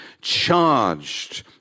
charged